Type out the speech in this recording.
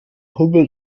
hubbel